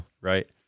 Right